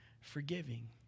forgiving